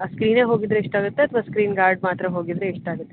ಆ ಸ್ಕ್ರೀನೇ ಹೋಗಿದ್ದರೆ ಎಷ್ಟಾಗುತ್ತೆ ಅಥವಾ ಸ್ಕ್ರೀನ್ ಗಾರ್ಡ್ ಮಾತ್ರ ಹೋಗಿದ್ದರೆ ಎಷ್ಟಾಗುತ್ತೆ